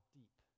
deep